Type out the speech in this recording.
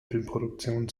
filmproduktionen